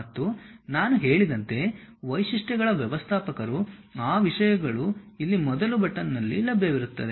ಮತ್ತು ನಾನು ಹೇಳಿದಂತೆ ವೈಶಿಷ್ಟ್ಯಗಳ ವ್ಯವಸ್ಥಾಪಕರು ಆ ವಿಷಯಗಳು ಇಲ್ಲಿ ಮೊದಲ ಬಟನ್ನಲ್ಲಿ ಲಭ್ಯವಿರುತ್ತವೆ